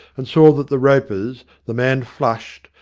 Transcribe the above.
and saw that the ropers, the man flushed,